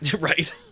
Right